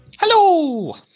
Hello